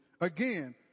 again